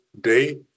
day